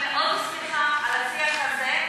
אני מאוד שמחה על השיח הזה,